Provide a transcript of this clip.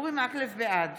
בעד